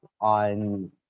on